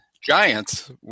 Giants